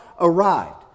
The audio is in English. arrived